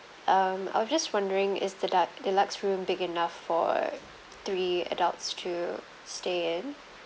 um I was just wondering is the du~ deluxe room big enough for three adults to stay in